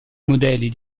modelli